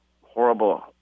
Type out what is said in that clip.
horrible